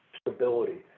stability